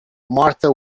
martha